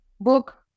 book